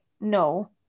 no